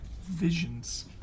Visions